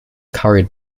carried